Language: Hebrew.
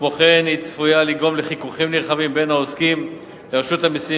כמו כן צפוי שהיא תגרום חיכוכים נרחבים בין העוסקים לרשות המסים